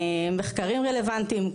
מחקרים רלוונטיים,